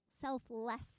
selfless